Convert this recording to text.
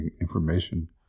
information